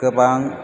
गोबां